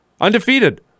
Undefeated